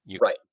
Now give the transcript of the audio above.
Right